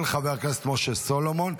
של חבר הכנסת משה סולומון.